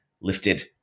lifted